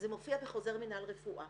זה מופיע בחוזר מינהל רפואה.